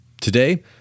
Today